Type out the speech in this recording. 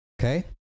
Okay